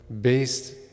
based